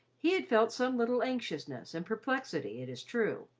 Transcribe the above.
he had felt some little anxiousness and perplexity, it is true,